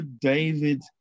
David